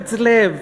בחפץ לב